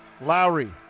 Lowry